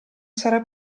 sarà